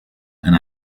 and